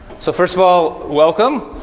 so first of all, welcome.